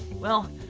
well,